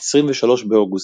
23 באוגוסט.